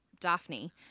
Daphne